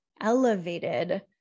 elevated